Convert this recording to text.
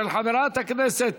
של חברת הכנסת